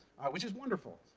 which is wonderful.